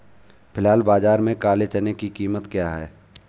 फ़िलहाल बाज़ार में काले चने की कीमत क्या है?